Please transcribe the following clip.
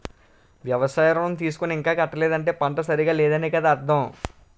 వ్యవసాయ ఋణం తీసుకుని ఇంకా కట్టలేదంటే పంట సరిగా లేదనే కదా అర్థం